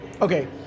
Okay